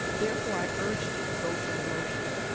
therefore, i urge you to vote for the motion,